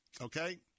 Okay